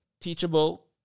teachable